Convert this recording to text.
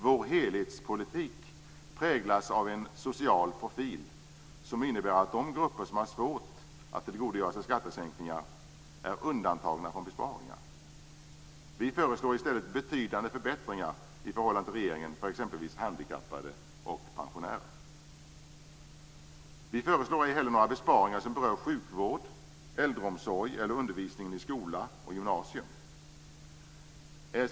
Vår helhetspolitik präglas av en social profil som innebär att de grupper som har svårt att tillgodogöra sig skattesänkningar är undantagna från besparingar. Vi föreslår i stället betydande förbättringar i förhållande till regeringen för t.ex. handikappade och pensionärer. Vi föreslår ej heller några besparingar som berör sjukvård, äldreomsorg eller undervisningen i grundskola och gymnasium.